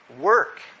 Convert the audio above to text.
work